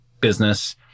business